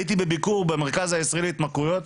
הייתי בביקור במרכז הישראלי להתמכרויות,